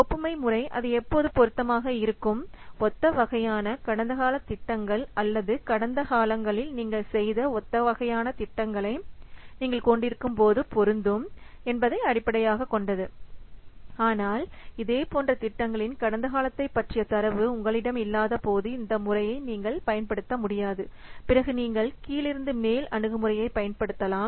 ஒப்புமை முறை அது எப்போது பொருத்தமாக இருக்கும் ஒத்த வகையான கடந்தகால திட்டங்கள் அல்லது கடந்த காலங்களில் நீங்கள் செய்த ஒத்த வகையான திட்டங்களை நீங்கள் கொண்டிருக்கும்போது பொருந்தும் என்பதை அடிப்படையாகக் கொண்டது ஆனால் இதேபோன்ற திட்டங்களின் கடந்த காலத்தைப் பற்றிய தரவு உங்களிடம் இல்லாதபோது இந்த முறையை நீங்கள் பயன்படுத்த முடியாது பிறகு நீங்கள் கீழிருந்து மேல் அணுகுமுறையைப் படுத்தலாம்